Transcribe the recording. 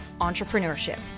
entrepreneurship